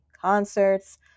Concerts